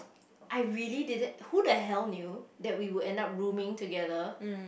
I really didn't who the hell knew that we would end up rooming together